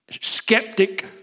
skeptic